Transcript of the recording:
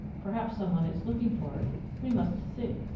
perhaps some one is looking for it we must see.